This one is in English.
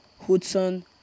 hudson